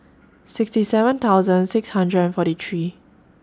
sixty seven thousand six hundred forty Free